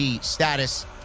status